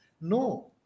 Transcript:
No